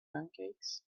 pancakes